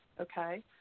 okay